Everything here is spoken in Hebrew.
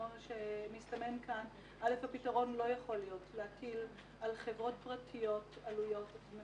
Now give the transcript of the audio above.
הפתרון לא יכול להיות כזה שמטילים על חברות פרטיות עלויות.